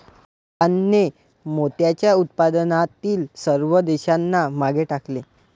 जापानने मोत्याच्या उत्पादनातील सर्व देशांना मागे टाकले